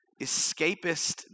escapist